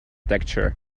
texture